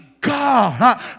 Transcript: God